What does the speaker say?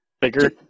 bigger